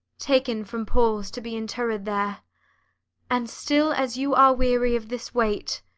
taken from paul's to be interred there and still, as you are weary of this weight,